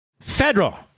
federal